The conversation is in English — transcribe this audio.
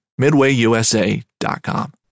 MidwayUSA.com